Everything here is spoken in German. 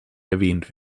erwähnt